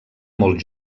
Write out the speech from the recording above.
molt